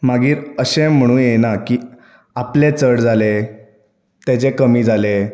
मागीर अशें म्हणू एयना की आपलें चड जालें तेजे कमी जालें